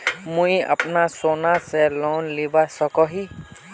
मुई अपना सोना से लोन लुबा सकोहो ही?